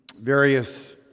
various